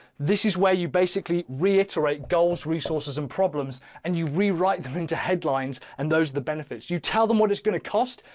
this is where you basically reiterate goals, resources and problems, and you rewrite them into headlines. and those are the benefits you tell them what it's going to cost.